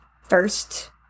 first